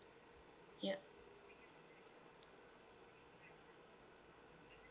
yup